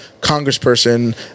congressperson